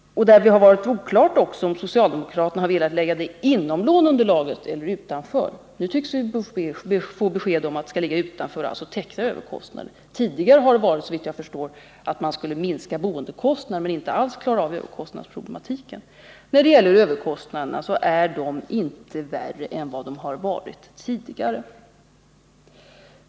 Det har också varit oklart om socialdemokraterna velat rymma detta lån inom låneunderlaget eller om det skulle gå därutöver. Nu tycks vi ha fått ett besked om att det skall ligga utanför och alltså täcka överkostnaderna. Tidigare har, såvitt jag förstår, avsikten varit att minska boendekostnaderna och inte alls att klara av överkostnadsproblematiken. När det gäller överkostnaderna vill jag säga att dessa nu inte är värre än vad de varit tidigare.